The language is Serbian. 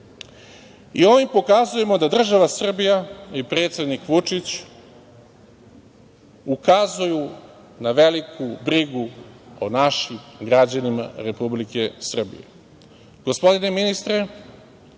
i ovim pokazujemo da država Srbija i predsednik Vučić ukazuju na veliku brigu o našim građanima Republike